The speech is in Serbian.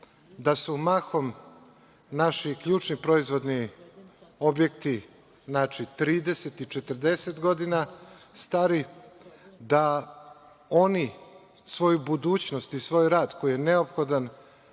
da su mahom naši ključni proizvodni objekti 30 i 40 godina stari, da oni svoju budućnost i svoj rad, koji je neophodan